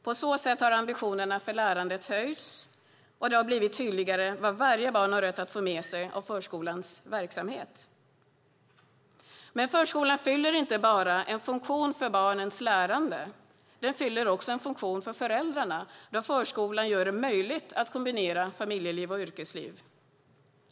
På så sätt har ambitionerna för lärandet höjts, och det har blivit tydligare vad varje barn har rätt att få med sig av förskolans verksamhet. Men förskolan fyller inte bara en funktion för barnens lärande. Den fyller också en funktion för föräldrarna, då förskolan gör det möjligt att kombinera familjeliv och yrkesliv.